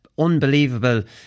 unbelievable